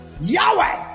Yahweh